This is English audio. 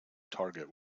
target